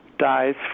dies